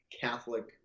Catholic